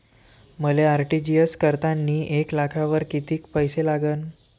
मले आर.टी.जी.एस करतांनी एक लाखावर कितीक पैसे लागन?